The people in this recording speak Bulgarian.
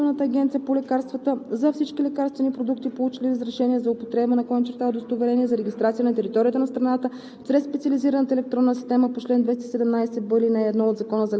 за употреба/удостоверение за регистрация на лекарствен продукт предоставят на Изпълнителната агенция по лекарствата за всички лекарствени продукти, получили разрешение за употреба/удостоверение за регистрация на територията на страната